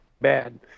bad